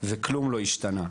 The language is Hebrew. וכלום לא השתנה.